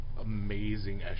amazing